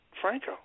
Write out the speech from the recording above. Franco